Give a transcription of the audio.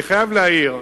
אני חייב להעיר,